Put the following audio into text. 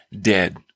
dead